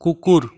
কুকুর